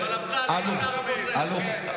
אתה בוזז, כן.